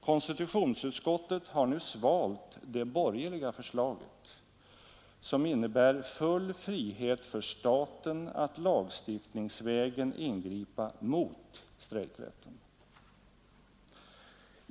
Konstitutionsutskottet har nu svalt det borgerliga förslaget, som innebär full frihet för staten att lagstiftningsvägen ingripa mot strejkrätten.